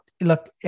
Look